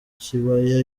kibaya